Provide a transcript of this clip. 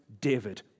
David